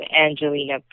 Angelina